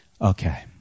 Okay